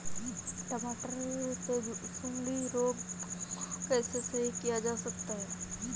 टमाटर से सुंडी रोग को कैसे सही किया जा सकता है?